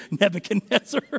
Nebuchadnezzar